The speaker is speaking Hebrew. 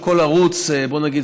בוא נגיד,